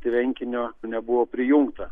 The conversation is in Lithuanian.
tvenkinio nebuvo prijungta